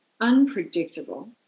unpredictable